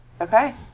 Okay